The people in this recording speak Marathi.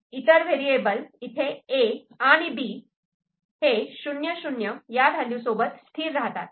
इतर व्हेरिएबल इथे 'A' आणि 'B' '00' या व्हॅल्यू सोबत स्थिर राहतात